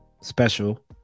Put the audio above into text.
Special